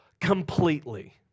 completely